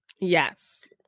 Yes